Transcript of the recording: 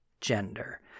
gender